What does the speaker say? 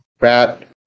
Rat